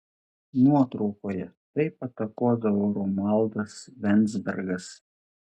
nuotraukoje taip atakuodavo romualdas venzbergas